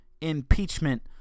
impeachment